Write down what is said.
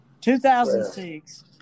2006